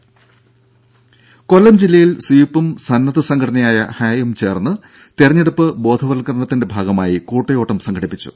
ദേദ കൊല്ലം ജില്ലയിൽ സ്വീപും സന്നദ്ധ സംഘടനയായ ഹായും ചേർന്ന് തെരഞ്ഞെടുപ്പ് ബോധവത്കരണത്തിന്റെ ഭാഗമായി കൂട്ടയോട്ടം സംഘടിപ്പിച്ചു